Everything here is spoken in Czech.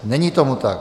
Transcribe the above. Není tomu tak.